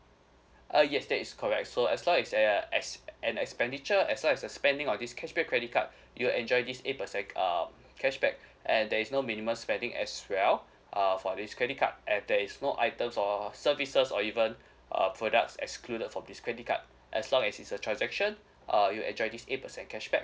uh yes that is correct so as long as a as an expenditure as well as spending on this cashback credit card you'll enjoy this eight percent um cashback and there is no minimum spending as well uh for this credit card and there is no items or services or even uh products excluded for this credit card as long as it's a transaction uh you'll enjoy this eight percent cashback